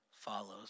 follows